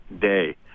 day